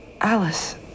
Alice